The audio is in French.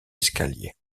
escaliers